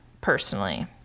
personally